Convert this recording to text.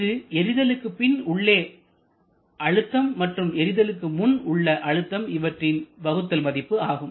இது எரிதலுக்கு பின் உள்ள அழுத்தம் மற்றும் எரிதலுக்கு முன் உள்ள அழுத்தம் இவற்றின் வகுத்தல் மதிப்பு ஆகும்